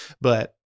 But-